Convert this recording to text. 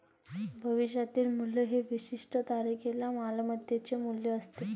भविष्यातील मूल्य हे विशिष्ट तारखेला मालमत्तेचे मूल्य असते